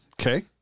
Okay